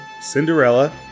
Cinderella